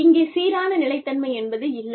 இங்கே சீரான நிலைத்தன்மை என்பது இல்லை